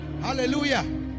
Hallelujah